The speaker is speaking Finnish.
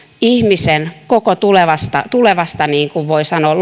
ihmisen koko tulevasta loppuelämästä niin kuin voi sanoa